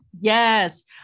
Yes